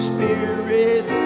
Spirit